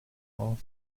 all